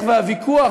השיח והוויכוח,